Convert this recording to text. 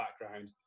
background